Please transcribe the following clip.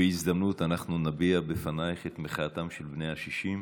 בהזדמנות אנחנו נביע בפנייך את מחאתם של בני ה-60.